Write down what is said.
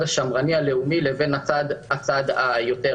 השמרני והלאומי לבין הצד הפרוגרסיבי.